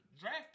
draft